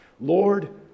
Lord